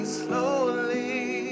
slowly